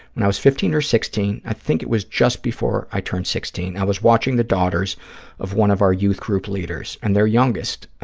when i was fifteen or sixteen, i think it was just before i turned sixteen, i was watching the daughters of one of our youth group leaders and their youngest,